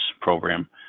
Program